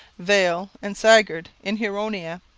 viel, and sagard in huronia.